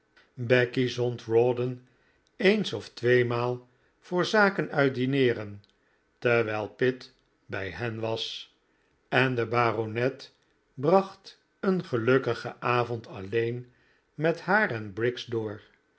rawdon eens of twee m a al voor zaken uit dineeren terwijl pitt bij hen was en de baronet bracht een gelukkigen avond alleen met haar en briggs door